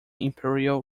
imperial